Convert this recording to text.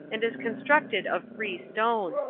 and is constructed of free stone.